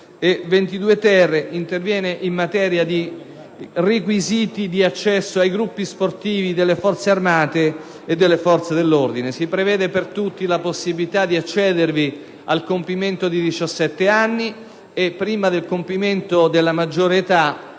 22-*bis* interviene in materia di requisiti di accesso ai gruppi sportivi delle Forze armate e delle forze dell'ordine. Si prevede per tutti la possibilità di accedervi al compimento dei 17 anni; si prevede inoltre, prima del compimento della maggiore età,